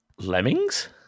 Lemmings